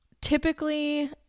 Typically